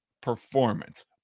performance